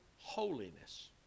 holiness